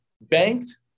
banked